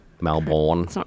Melbourne